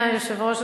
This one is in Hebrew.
אדוני היושב-ראש,